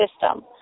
system